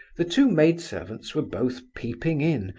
the two maid-servants were both peeping in,